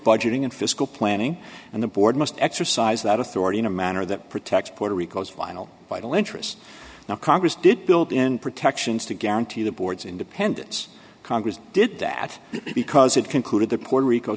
budgeting and fiscal planning and the board must exercise that authority in a manner that protects puerto rico's final vital interest now congress did build in protections to guarantee the board's independence congress did that because it concluded that puerto rico